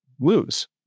lose